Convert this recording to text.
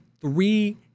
three